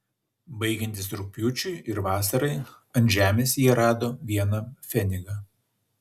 baigiantis rugpjūčiui ir vasarai ant žemės jie rado vieną pfenigą